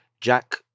Jack